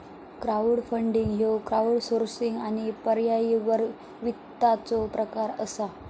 crowdfunding ह्यो crowdsourcing आणि पर्यायी वित्ताचो प्रकार असा